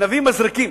נביא מזרקים,